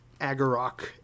Agarok